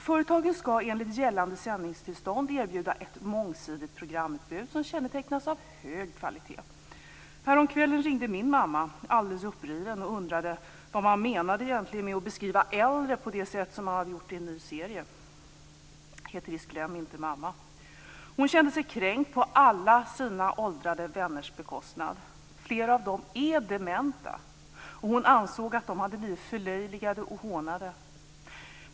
Företagen skall enligt gällande sändningstillstånd erbjuda ett mångsidigt programutbud som kännetecknas av hög kvalitet. Häromkvällen ringde min mamma alldeles uppriven och undrade vad man egentligen menade med att beskriva äldre på det sätt som man hade gjort i en ny serie. Den heter visst Glöm inte mamma. Hon kände sig kränkt å alla sina åldrade vänners vägnar. Flera av dem är dementa, och hon ansåg att de hade blivit förlöjligade och hånade.